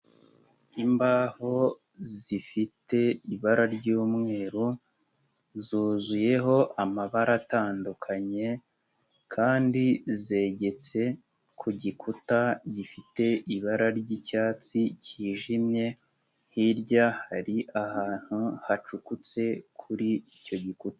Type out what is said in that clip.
Imbaho zifite ibara ry'umweru, zuzuyeho amabara atandukanye, kandi zegetse ku gikuta gifite ibara ry'icyatsi kijimye, hirya hari ahantu hacukutse kuri icyo gikuta.